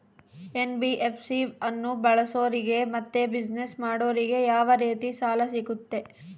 NBFC ಅನ್ನು ಬಳಸೋರಿಗೆ ಮತ್ತೆ ಬಿಸಿನೆಸ್ ಮಾಡೋರಿಗೆ ಯಾವ ರೇತಿ ಸಾಲ ಸಿಗುತ್ತೆ?